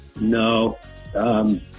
No